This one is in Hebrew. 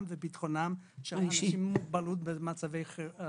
וביטחונם של אנשים עם מוגבלות במצבי סיכון.